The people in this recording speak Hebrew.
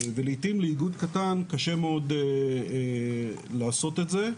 ולעתים לאיגוד קטן קשה מאוד לעשות את זה.